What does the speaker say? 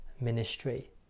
ministry